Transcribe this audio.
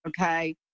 Okay